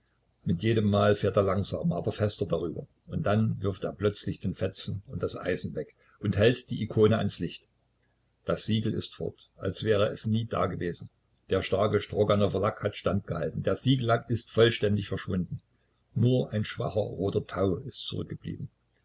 mit jedemmal fährt er langsamer aber fester darüber und dann wirft er plötzlich den fetzen und das eisen weg und hält die ikone ans licht das siegel ist fort als wäre es nie dagewesen der starke stroganower lack hat standgehalten der siegellack ist vollständig verschwunden nur ein schwacher feuerroter tau ist zurückgeblieben